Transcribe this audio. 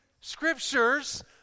Scriptures